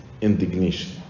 indignation